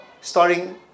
starting